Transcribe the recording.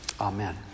Amen